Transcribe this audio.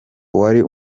wari